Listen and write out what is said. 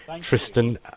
Tristan